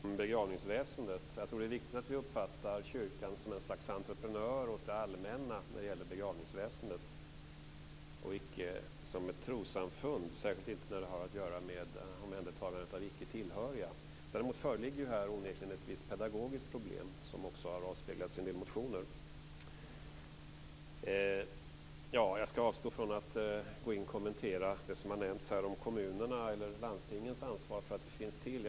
Fru talman! Jag kan hålla med Pär Axel Sahlberg i mycket av det han sade om begravningsväsendet. Jag tror att det är viktigt att vi uppfattar kyrkan som ett slags entreprenör åt det allmänna när det gäller begravningsväsendet och inte som ett trossamfund, särskilt inte när det har att göra med omhändertagandet av icke tillhöriga. Däremot föreligger det här onekligen ett visst pedagogiskt problem, vilket också har avspeglats i en del motioner. Jag skall avstå från att kommentera det som har nämnts här om kommunernas eller landstingens ansvar för att vi finns till.